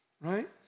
right